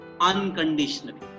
unconditionally